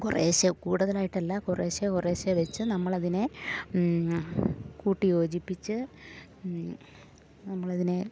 കുറേശ്ശേ കൂടുതലായിട്ടല്ല കുറേശ്ശേ കുറേശ്ശേ വെച്ച് നമ്മളതിനെ കൂട്ടി യോജിപ്പിച്ച് നമ്മളതിനെ